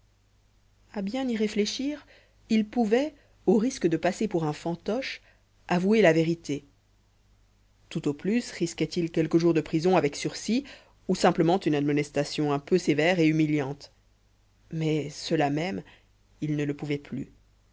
à bien y réfléchir il pouvait au risque de passer pour un fantoche avouer la vérité tout au plus risquait il quelques jours de prison avec sursis ou simplement une admonestation un peu sévère et humiliante mais cela même il ne le pouvait plus